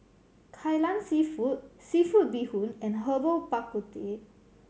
Kai Lan Seafood seafood bee hoon and Herbal Bak Ku Teh